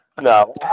no